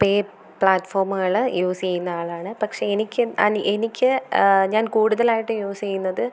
പേ പ്ലാറ്റ്ഫോമുകൾ യൂസ് ചെയ്യുന്ന ആളാണ് പക്ഷെ എനിക്ക് എനിക്ക് ഞാൻ കൂടുതലായിട്ട് യൂസ് ചെയ്യുന്നത്